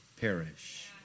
perish